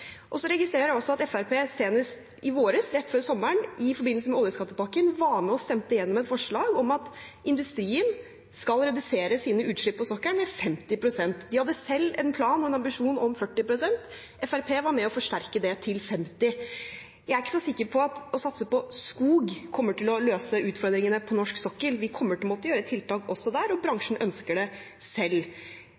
Så registrerer jeg også at Fremskrittspartiet senest i våres, rett før sommeren, i forbindelse med oljeskattepakken var med og stemte gjennom et forslag om at industrien skal redusere sine utslipp på sokkelen med 50 pst. De hadde selv en plan og en ambisjon om 40 pst. Fremskrittspartiet var med på å forsterke det til 50 pst. Jeg er ikke så sikker på at å satse på skog kommer til å løse utfordringene på norsk sokkel. Vi kommer til å måtte gjøre tiltak også der, og